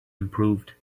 improved